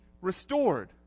restored